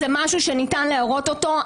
זה משהו שניתן להראות אותו.